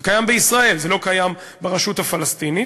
זה קיים בישראל, זה לא קיים ברשות הפלסטינית.